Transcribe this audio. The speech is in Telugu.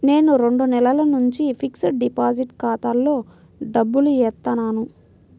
నేను రెండు నెలల నుంచి ఫిక్స్డ్ డిపాజిట్ ఖాతాలో డబ్బులు ఏత్తన్నాను